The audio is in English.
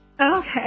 Okay